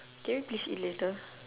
can we please eat later